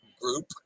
group